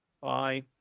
Bye